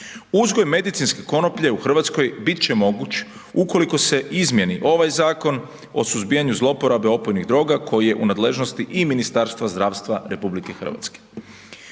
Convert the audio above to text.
Uzgoj medicinske konoplje u Hrvatskoj bit će moguć ukoliko se izmijeni ovaj Zakon o suzbijanju zlouporabe opojnih droga koji je u nadležnosti i Ministarstva zdravstva RH.